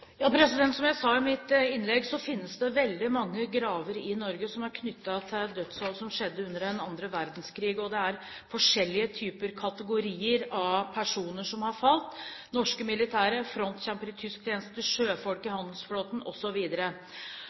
Som jeg sa i mitt innlegg, finnes det veldig mange graver i Norge som er knyttet til dødsfall som skjedde under annen verdenskrig, og det er forskjellige typer kategorier av personer som har falt: norske militære, frontkjempere i tysk tjeneste, sjøfolk i handelsflåten